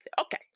okay